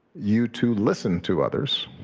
you to listen to others,